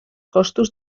costos